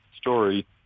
story